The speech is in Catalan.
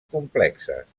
complexes